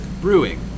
brewing